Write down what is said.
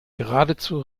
geradezu